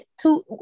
two